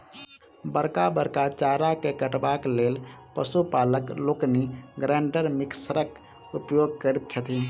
बड़का बड़का चारा के काटबाक लेल पशु पालक लोकनि ग्राइंडर मिक्सरक उपयोग करैत छथि